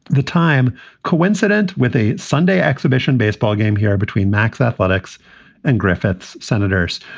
the time coincident with a sunday exhibition baseball game here between max athletics and griffith's senators.